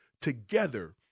together